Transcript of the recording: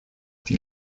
die